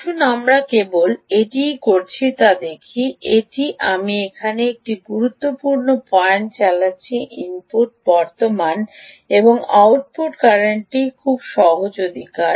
আসুন আমরা কেবল কেন এটি করছি তা দেখি এটি আমি এখানে একটি গুরুত্বপূর্ণ পয়েন্ট চালাচ্ছি ইনপুট বর্তমান এবং আউটপুট কারেন্টটি খুব সহজ অধিকার